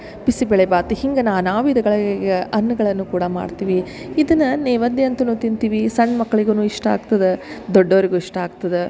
ಬಿಸಿಬೇಳೆ ಬಾತ್ ಹಿಂಗೆ ನಾನಾ ವಿಧಗಳ್ ಅನ್ನಗಳನ್ನು ಕೂಡ ಮಾಡ್ತೀವಿ ಇದನ್ನ ನೀ ಒಂದೆ ಅಂತನು ತಿಂತಿವಿ ಸಣ್ಣ ಮಕ್ಕಳಿಗೂನು ಇಷ್ಟ ಆಗ್ತದೆ ದೊಡ್ಡೋರಿಗೂ ಇಷ್ಟ ಆಗ್ತದೆ